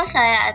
Saya